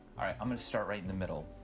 i'm going to start right in the middle.